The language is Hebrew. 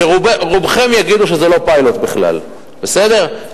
שרובכם תגידו שזה לא פיילוט בכלל, בסדר?